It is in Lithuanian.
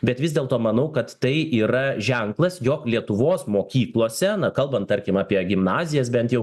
bet vis dėlto manau kad tai yra ženklas jog lietuvos mokyklose na kalbant tarkim apie gimnazijas bent jau